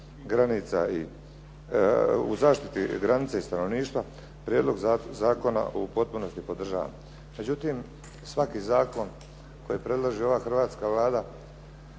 u zaštiti granice i stanovništva, prijedlog zakona u potpunosti podržavam. Međutim, svaki zakon koji predloži ova Hrvatska Vlada